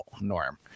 Norm